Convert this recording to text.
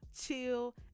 chill